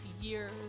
year's